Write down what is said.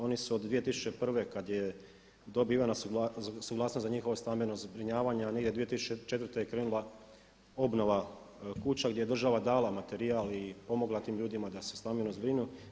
Oni su od 2001. kad je dobivena suglasnost za njihovo stambeno zbrinjavanje a negdje 2004. je krenula obnova kuća gdje je država dala materijal i pomogla tim ljudima da se stambeno zbirnu.